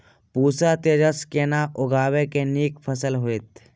पूसा तेजस केना उगैबे की नीक फसल हेतइ?